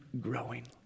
growing